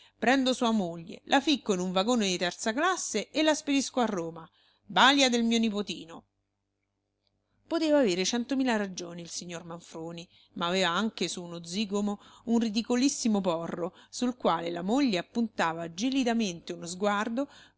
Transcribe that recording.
prendo sua moglie la ficco in un vagone di terza classe e la spedisco a roma balia del mio nipotino poteva avere centomila ragioni il signor manfroni ma aveva anche su uno zigomo un ridicolissimo porro sul quale la moglie appuntava gelidamente uno sguardo